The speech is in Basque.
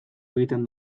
egiten